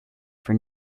for